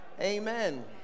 Amen